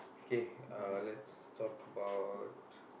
okay uh let's talk about